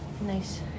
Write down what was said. Nice